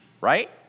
right